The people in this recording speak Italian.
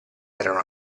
erano